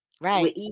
Right